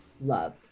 love